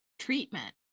treatment